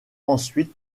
ensuite